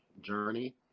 journey